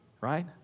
Right